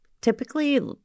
typically